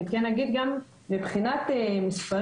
אני כן אגיד גם מבחינת מספרים,